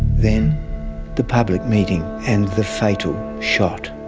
then the public meeting and the fatal shot.